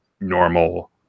normal